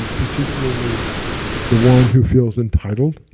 and particularly the one who feels entitled.